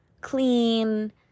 clean